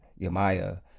yamaya